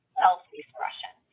self-expression